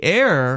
air